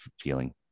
feeling